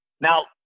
Now